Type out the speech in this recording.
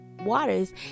waters